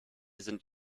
sind